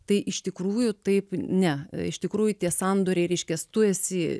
tai iš tikrųjų taip ne iš tikrųjų tie sandoriai reiškias tu esi